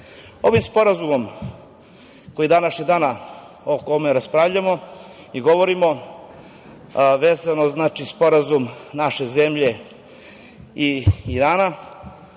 sporazumom koji današnjeg dana o kome raspravljamo i govorimo vezano sporazum naše zemlje i Irana